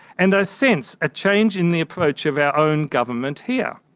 and i sense a change in the approach of our own government here.